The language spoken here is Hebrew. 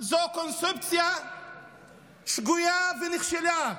זאת קונספציה שגויה, ונכשלה.